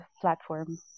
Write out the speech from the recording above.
platform